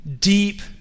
deep